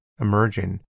emerging